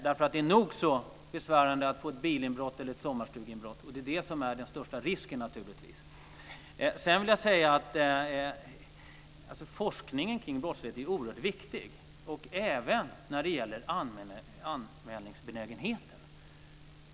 Det är nog så besvärande att drabbas av ett bilinbrott eller ett sommarstugeinbrott, och det är naturligtvis det som är den största risken. Forskningen kring brottslighet är oerhört viktig, även när det gäller anmälningsbenägenheten.